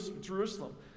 Jerusalem